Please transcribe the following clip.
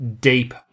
deep